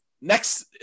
next